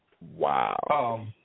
Wow